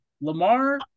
Lamar